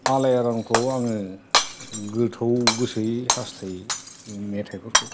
आलायारनखौ आङो गोथौ गोसोयै हासथायो मेथाइ फोरखौ